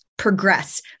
progress